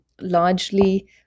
largely